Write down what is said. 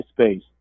space